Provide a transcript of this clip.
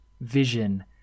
vision